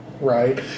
Right